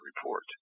report